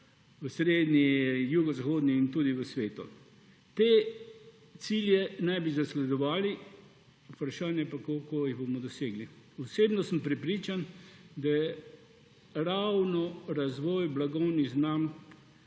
v srednji, jugozahodni Evropi in tudi v svetu. Te cilje naj bi zasledovali, vprašanje pa je, kako jih bomo dosegli. Osebno sem prepričan, da je ravno razvoj blagovnih znamk